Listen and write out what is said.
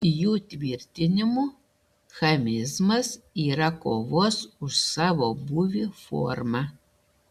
jų tvirtinimu chamizmas yra kovos už savo būvį forma